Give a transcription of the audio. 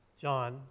John